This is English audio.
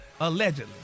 allegedly